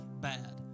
bad